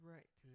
Right